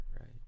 right